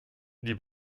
die